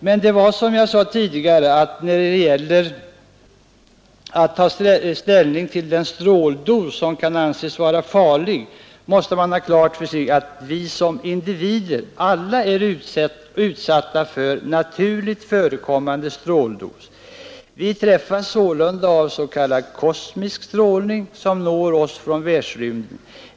Men, som jag sade tidigare, när man skall ta ställning till vilken stråldos som kan anses vara farlig måste man ha klart för sig att vi som individer alla är utsatta för naturligt förekommande stråldoser. Vi träffas sålunda av s.k. kosmisk strålning, som når oss från världsrymden.